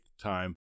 time